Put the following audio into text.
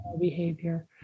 Behavior